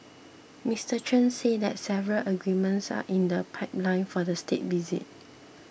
Mister Chen said that several agreements are in the pipeline for the State Visit